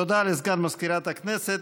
תודה לסגן מזכירת הכנסת.